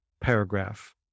paragraph